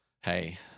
Hey